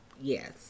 Yes